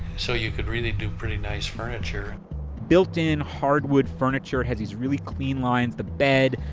so you could really do pretty nice furniture built-in, hardwood furniture has these really clean lines. the bed,